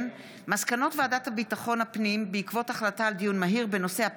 מסקנות ועדת ביטחון הפנים בעקבות דיון מהיר בהצעתו של חבר הכנסת